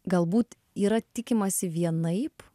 galbūt yra tikimasi vienaip